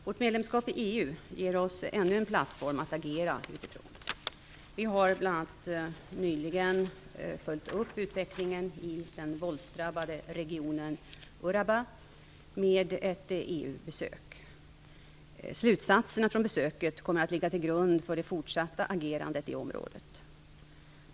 Vårt medlemskap i EU ger oss ännu en plattform att agera från. Vi har bl.a. nyligen följt upp utvecklingen i den våldsdrabbade regionen Urabá med ett EU-besök. Slutsatserna från besöket kommer att ligga till grund för det fortsatta agerandet i området.